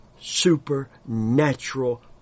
supernatural